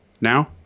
now